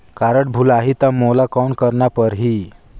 Card भुलाही ता मोला कौन करना परही?